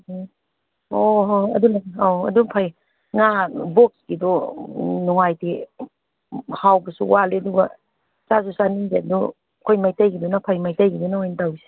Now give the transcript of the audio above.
ꯎꯝ ꯑꯣ ꯍꯣꯏ ꯍꯣꯏ ꯑꯗꯨꯅꯅꯤ ꯑꯗꯨ ꯐꯩ ꯉꯥ ꯕꯣꯛꯁꯀꯤꯗꯣ ꯅꯨꯡꯉꯥꯏꯇꯦ ꯍꯥꯎꯕꯁꯨ ꯋꯥꯠꯂꯦ ꯑꯗꯨꯒ ꯆꯥꯁꯨ ꯆꯥꯅꯤꯡꯗꯦ ꯑꯗꯨ ꯑꯩꯈꯣꯏ ꯃꯩꯇꯩꯒꯤꯗꯨꯅ ꯐꯩ ꯃꯩꯇꯩꯒꯤꯗꯨꯅ ꯑꯣꯏꯅ ꯇꯧꯁꯤ